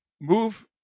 Move